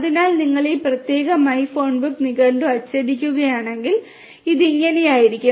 അതിനാൽ നിങ്ങൾ ഈ പ്രത്യേക മൈഫോൺബുക്ക് നിഘണ്ടു അച്ചടിക്കുകയാണെങ്കിൽ ഇത് ഇങ്ങനെയായിരിക്കും